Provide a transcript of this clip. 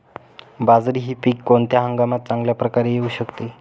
बाजरी हे पीक कोणत्या हंगामात चांगल्या प्रकारे येऊ शकते?